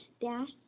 Dash